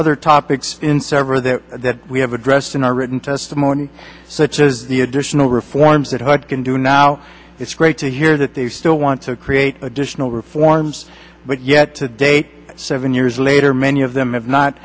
other topics in sever that that we have addressed in our written testimony such as the additional reforms that hurt can do now it's great to hear that they still want to create additional reforms but yet to date seven years later many of them have not